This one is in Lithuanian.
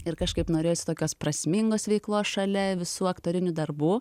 ir kažkaip norėjosi tokios prasmingos veiklos šalia visų aktorinių darbų